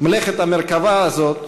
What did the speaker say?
מלאכת המרכבה הזאת